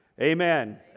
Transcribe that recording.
Amen